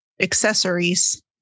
accessories